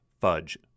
fudge